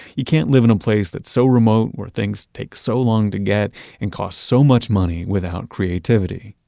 you can't live in a place that's so remote where things take so long to get and costs so much money without creativity.